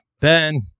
Ben